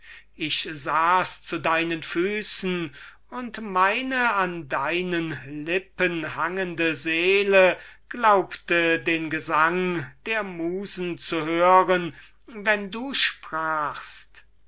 ich lag zu deinen füßen und meine an deinen lippen hangende seele glaubte den gesang der musen zu hören wenn du sprächest